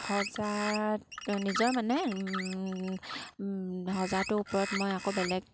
সজাত নিজৰ মানে সজাটোৰ ওপৰত মই আকৌ বেলেগ